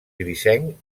grisenc